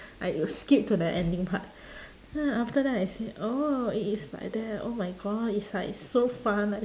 I will skip to the ending part ah after that I say oh it is like that oh my god is like so fun like